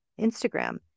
Instagram